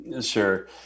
Sure